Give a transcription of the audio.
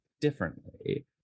differently